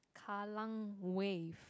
Kallang Wave